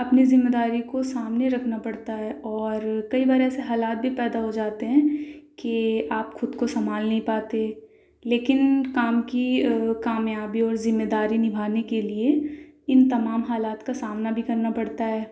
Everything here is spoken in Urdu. اپنی ذمہ داری کو سامنے رکھنا پڑتا ہے اور کئی بار ایسے حالات بھی پیدا ہو جاتے ہیں کہ آپ خود کو سنبھال نہیں پاتے لیکن کام کی کامیابی اور ذمہ داری نبھانے کے لیے ان تمام حالات کا سامنا بھی کرنا پڑتا ہے